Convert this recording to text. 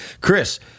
Chris